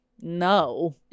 no